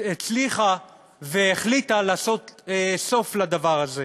החליטה והצליחה לעשות סוף לדבר הזה.